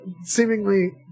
seemingly